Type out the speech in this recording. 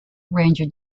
ranger